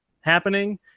happening